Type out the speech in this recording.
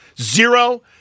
Zero